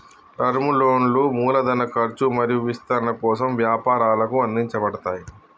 term లోన్లు మూలధన ఖర్చు మరియు విస్తరణ కోసం వ్యాపారాలకు అందించబడతయ్